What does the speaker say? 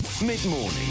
Mid-Morning